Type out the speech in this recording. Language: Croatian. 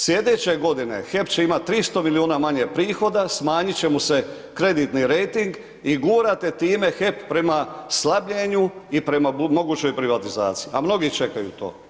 Sljedeće godine HEP će imati 300 milijuna manje prihoda, smanjit će mu se kreditni rejting i gurate time HEP prema slabljenju i prema mogućoj privatizaciji, a mnogi čekaju to.